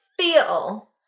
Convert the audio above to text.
feel